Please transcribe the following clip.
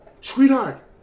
sweetheart